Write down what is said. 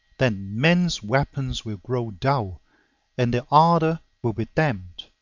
then men's weapons will grow dull and their ardor will be damped.